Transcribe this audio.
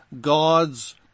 God's